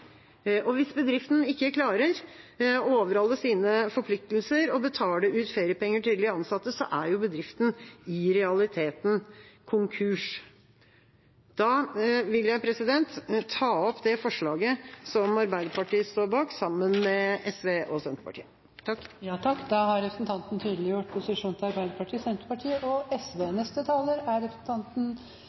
Hvis bedriften ikke klarer å overholde sine forpliktelser, å betale ut feriepenger til sine ansatte, er jo bedriften i realiteten konkurs. Da vil jeg ta opp forslaget som Arbeiderpartiet står bak sammen med SV og Senterpartiet. Representanten Lise Christoffersen har tatt opp det forslaget hun refererte til. I kjølvannet av covid-19 dukker det opp mange problemstillinger som enten er